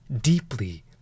Deeply